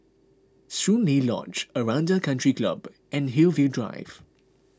Soon Lee Lodge Aranda Country Club and Hillview Drive